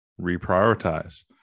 reprioritize